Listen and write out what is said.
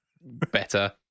better